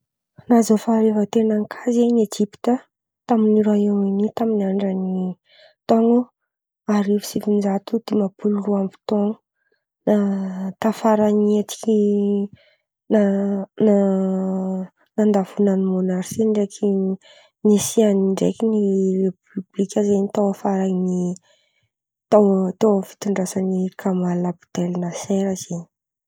Nahazo ny fahaleovan-ten̈any kà zen̈y Ejipta tamin’ny Roaiômy onia tamin’ny andran’ny taon̈o arivo sy sivin-jato dimapolo roa amby taon̈o, a tafara ny hetsiky na- na- nandavoana ny mônarsia ndraiky nisihany ndraiky ny repoblika zen̈y tao afaran’ny tao teo amy fitondrasan’ny Kamal Nabdel Naser zen̈y.